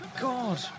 god